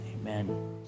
amen